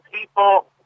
people